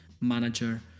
manager